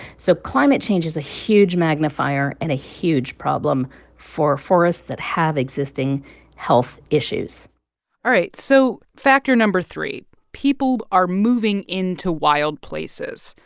so climate change is a huge magnifier and a huge problem for forests that have existing health issues all right. so factor no. three people are moving into wild places.